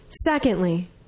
Secondly